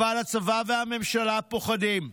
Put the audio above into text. אבל הצבא והממשלה פוחדים.